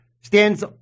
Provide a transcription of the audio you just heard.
stands